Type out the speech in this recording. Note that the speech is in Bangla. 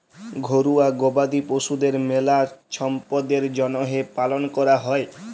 ঘরুয়া গবাদি পশুদের মেলা ছম্পদের জ্যনহে পালন ক্যরা হয়